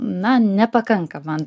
na nepakanka man